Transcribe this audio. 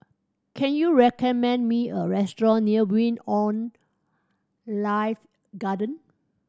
can you recommend me a restaurant near Wing On Life Garden